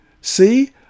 see